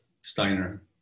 Steiner